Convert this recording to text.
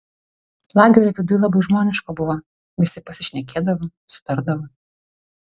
lagerio viduj labai žmoniška buvo visi pasišnekėdavo sutardavo